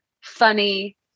funny